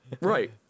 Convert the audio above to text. Right